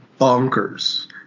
bonkers